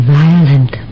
violent